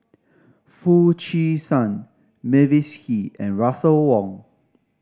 Foo Chee San Mavis Hee and Russel Wong